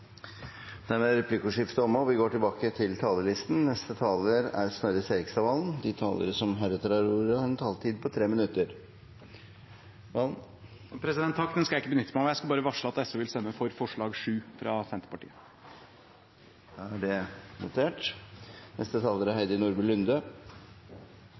Dermed er replikkordskiftet omme. De talere som heretter får ordet, har en taletid på inntil 3 minutter. Det skal jeg ikke benytte meg av. Jeg skal bare varsle at SV vil stemme for forslag nr. 7, fra Arbeiderpartiet og Senterpartiet. Da er det notert. La meg først få takke for debatten og så kommentere noen av innspillene. Det blir sagt at det er